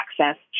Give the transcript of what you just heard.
access